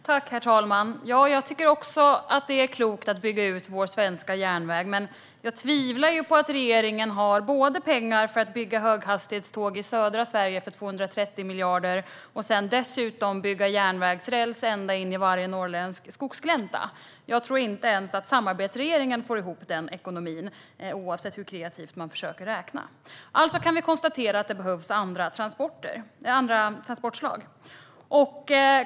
Herr talman! Jag tycker också att det är klokt att bygga ut vår svenska järnväg. Jag tvivlar dock på att regeringen har pengar för att både bygga höghastighetståg i södra Sverige för 230 miljarder och för att bygga järnvägsräls ända in i varje norrländsk skogsglänta. Jag tror att inte ens samarbetsregeringen får ihop den ekonomin, oavsett hur kreativt man försöker att räkna. Vi kan alltså konstatera att det behövs andra transportslag.